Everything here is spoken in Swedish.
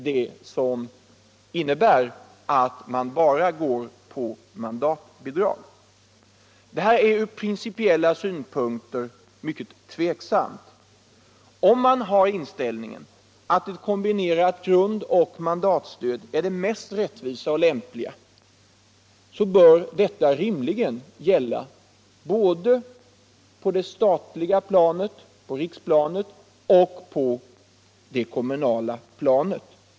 Det här är från principiella synpunkter mycket tvivelaktigt. Om man har inställningen att ett kombinerat grundoch mandatstöd är det mest rättvisa och lämpliga, bör detta rimligen gälla såväl på riksplanet som på det kommunala planet.